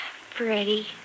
Freddie